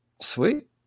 Sweet